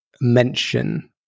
mention